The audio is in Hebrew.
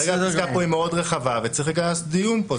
כרגע הפסקה פה היא מאוד רחבה וצריך לעשות דיון פה.